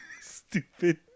stupid